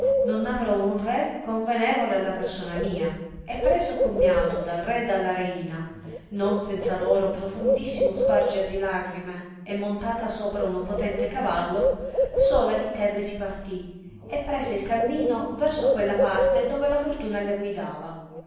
non avrò un re convenevole alla persona mia e preso commiato dal re e dalla reina non senza loro profondissimo sparger di lagrime e montata sopra uno potente cavallo sola di tebe si partì e prese il cammino verso quella parte dove la fortuna la guidava